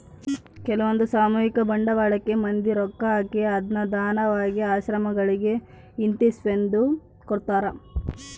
ಕೆಲ್ವಂದು ಸಾಮೂಹಿಕ ಬಂಡವಾಳಕ್ಕ ಮಂದಿ ರೊಕ್ಕ ಹಾಕಿ ಅದ್ನ ದಾನವಾಗಿ ಆಶ್ರಮಗಳಿಗೆ ಇಂತಿಸ್ಟೆಂದು ಕೊಡ್ತರಾ